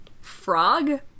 frog